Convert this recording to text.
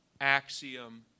Axiom